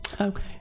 Okay